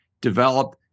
develop